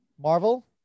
Marvel